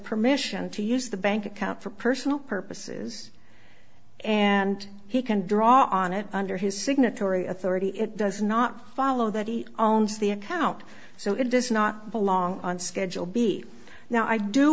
permission to use the bank account for personal purposes and he can draw on it under his signatory authority it does not follow that he owns the account so it does not belong on schedule b now i do